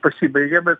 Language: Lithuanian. pasibaigė bet